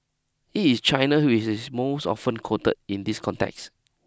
it is China which most often quoted in this context